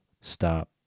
stop